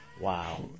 Wow